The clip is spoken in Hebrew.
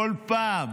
בכל פעם